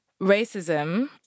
racism